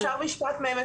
מצד שמאל